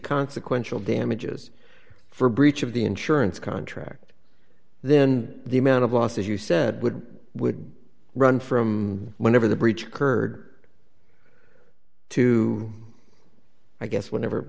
consequential damages for breach of the insurance contract then the amount of loss as you said would would run from whenever the breach occurred to i guess whenever